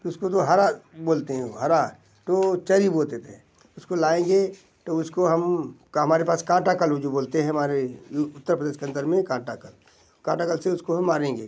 तो उसको तो हरा बोलते हैं हरा तो चरी बोते थे उसको लाएंगे तब उसको हम हमारे पास कांटाकल जो बोलते हैं हमारे उत्तर प्रदेश के अंदर में कांटाकल कांटाकल से उसको हम मारेंगे